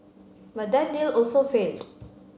but that deal also failed